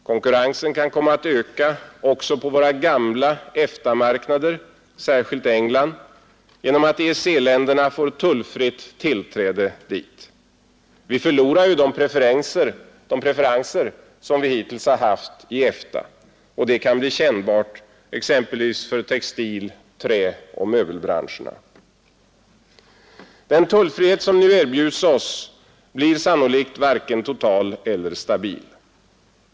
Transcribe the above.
Konkurrensen kan komma att öka även på våra gamla EFTA-marknader, särskilt England, genom att EEC-länderna får tullfritt tillträde dit. Vi förlorar ju de preferenser vi hittills haft i EFTA. Detta kan bli kännbart exempelvis för textil-, trär och möbelbranscherna. Den tullfrihet som nu erbjuds oss blir sannolikt varken total eller stabil.